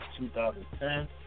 2010